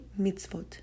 mitzvot